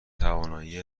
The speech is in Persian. توانایی